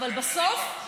אבל בסוף,